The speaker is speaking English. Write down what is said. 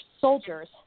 soldiers